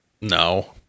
No